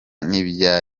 n’ibya